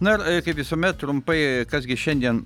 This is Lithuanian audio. na ir kaip visuomet trumpai kas gi šiandien